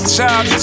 Child